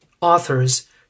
authors